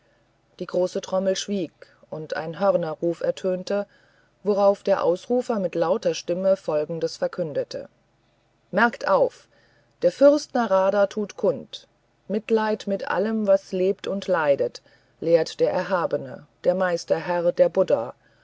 die große trommel schwieg und ein hörnerruf ertönte worauf der ausrufer mit lauter stimme folgendes verkündete merkt auf der fürst narada tut kund mitleid mit allem was lebt und leidet lehrt der erhabene der meisterherr der buddha